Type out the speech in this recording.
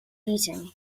eating